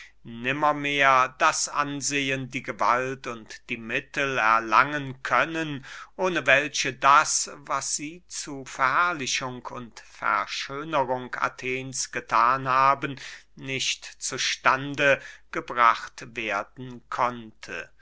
nimmermehr das ansehen die gewalt und die mittel erlangen können ohne welche das was sie zu verherrlichung und verschönerung athens gethan haben nicht zu stande gebracht werden konnte